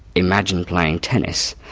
imagine playing tennis,